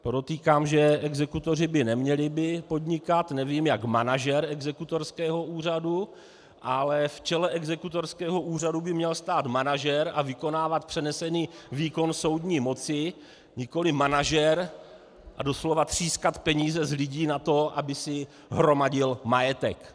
Podotýkám, že exekutoři by neměli podnikat, nevím jak manažer exekutorského úřadu, ale v čele exekutorského úřadu by měl stát manažer a vykonávat přenesený výkon soudní moci, nikoli manažer a doslova třískat peníze z lidí na to, aby si hromadil majetek.